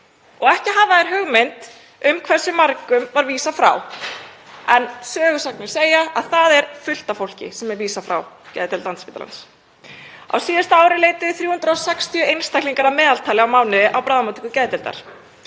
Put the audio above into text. Ekki hafa þeir hugmynd um hversu mörgum var vísað frá en sögusagnir segja að fullt af fólki sé vísað frá geðdeild Landspítalans. Á síðasta ári leituðu 360 einstaklingar að meðaltali á mánuði á bráðamóttöku geðdeildar.